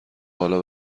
بالا